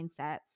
mindset